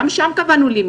גם שם קבענו הגבלה,